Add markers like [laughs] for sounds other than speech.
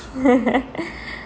[laughs]